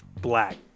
black